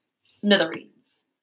Smithereens